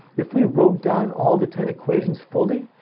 if we wrote down all the ten equations fully,